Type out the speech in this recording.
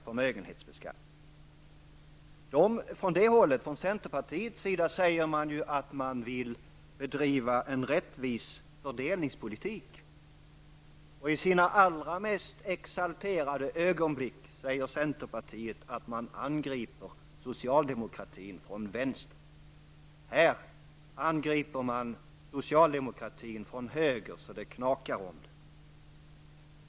Från centerpartiets sida säger man ju att man vill bedriva en rättvis fördelningspolitik, och i sina allra mest exalterade ögonblick säger centerpartiet att man angriper socialdemokratin från vänster. Här angriper man socialdemokratin från höger så att det knakar om det.